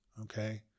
Okay